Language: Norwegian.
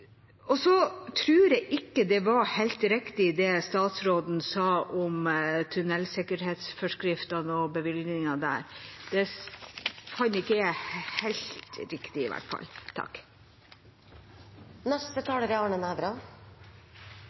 handlingspakke. Så tror jeg ikke det var helt riktig, det statsråden sa om tunnelsikkerhetsforskriftene og bevilgingen der. Det kan ikke være helt riktig i hvert fall.